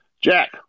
Jack